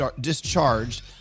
discharged